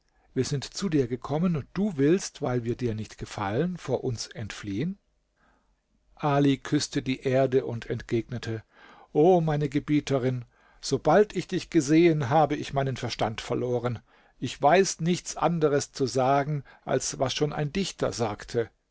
wir sind zu dir gekommen und du willst weil wir dir nicht gefallen vor uns entfliehen ali küßte die erde und entgegnete o meine gebieterin sobald ich dich gesehen habe ich meinen verstand verloren ich weiß nichts anderes zu sagen als was schon ein dichter gesagt